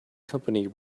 company